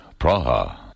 Praha